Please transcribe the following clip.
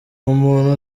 umuntu